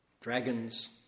dragons